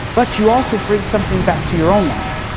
but you also bring something back to your own life.